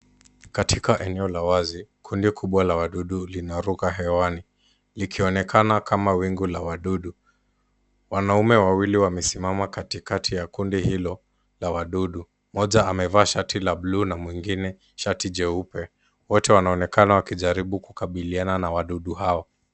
Katika eneo la wazi kundi kubwa la wadudu linaruka hewani likionekana kama wingu la wadudu. Wanaume wawili wamesimama katikati ya kundi hilo la wadudu, mmoja amevaa shati la buluu na mwingine shati jeupe. Wote wanaonekana wakijaribu kukabiliana na wadudu hawa.